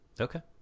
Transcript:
Okay